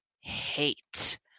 hate